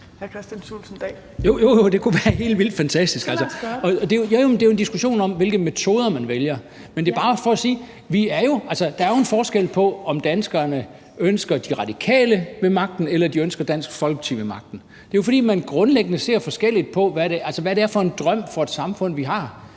lad os gøre det). Men det er jo en diskussion om, hvilke metoder man vælger. Det er bare for at sige, at der jo er en forskel på, om danskerne ønsker De Radikale ved magten eller de ønsker Dansk Folkeparti ved magten. Det er jo, fordi man grundlæggende ser forskelligt på, hvad for et samfund vi skal